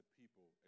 people